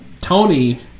tony